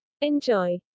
Enjoy